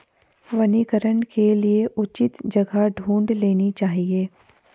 वनीकरण के लिए उचित जगह ढूंढ लेनी चाहिए